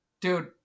Dude